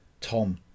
Tom